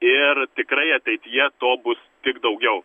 ir tikrai ateityje to bus tik daugiau